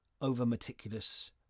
over-meticulous